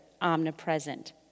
omnipresent